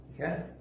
Okay